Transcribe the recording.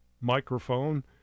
microphone